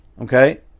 Okay